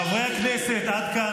חברי הכנסת, עד כאן.